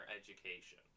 education